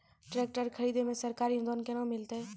Tractor खरीदै मे सरकारी अनुदान केना मिलतै?